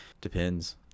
Depends